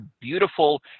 beautiful